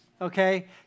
Okay